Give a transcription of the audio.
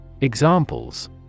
Examples